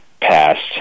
passed